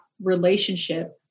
relationship